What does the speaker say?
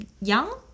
young